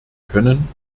können